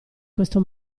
questo